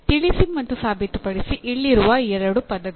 ತಿಳಿಸಿ ಮತ್ತು ಸಾಬೀತುಪಡಿಸಿ ಇಲ್ಲಿರುವ ಎರಡು ಪದಗಳು